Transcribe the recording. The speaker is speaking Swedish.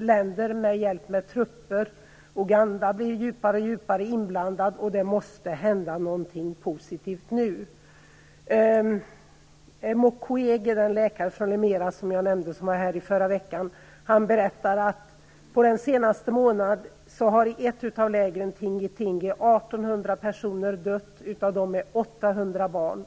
länder för att få hjälp med trupper. Uganda blir djupare och djupare inblandat, och det måste hända något positivt nu. Mukwege, den läkare från Lemera som jag nämnde som var här i förra veckan, berättar att under den senaste månaden har 1 800 personer dött i ett av lägren, av dem är 800 barn.